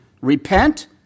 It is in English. Repent